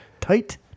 Tight